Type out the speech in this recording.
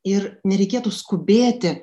ir nereikėtų skubėti